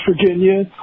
Virginia